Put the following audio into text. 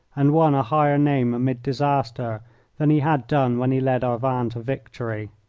and won a higher name amid disaster than he had done when he led our van to victory.